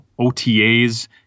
OTAs